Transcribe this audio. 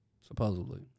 Supposedly